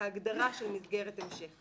ההגדרה של מסגרת המשך.